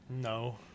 no